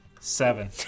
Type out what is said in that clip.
Seven